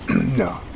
No